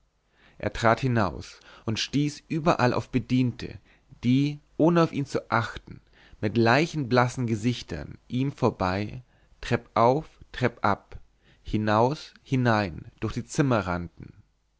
er trat hinaus und stieß überall auf bediente die ohne auf ihn zu achten mit leichenblassen gesichtern ihm vorbei treppauf treppab hinaus hinein durch die zimmer rannten